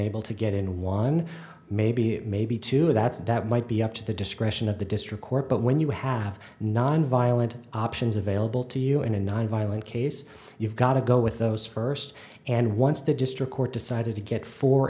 able to get in one maybe maybe two that's that might be up to the discretion of the district court but when you have nonviolent options available to you in a nonviolent case you've got to go with those first and once the district court decided to get